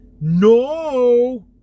no